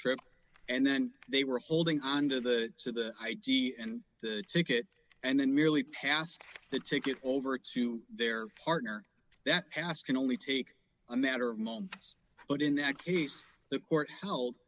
trip and then they were holding on to the i d and the ticket and then merely passed the ticket over to their partner that pass can only take a matter of months but in that case the court